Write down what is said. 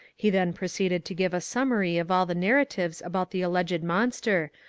he then proceeded to give a summary of all the narratives about the alleged mon ster,